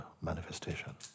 manifestation